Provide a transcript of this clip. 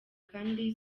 kandi